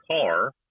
car